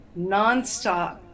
nonstop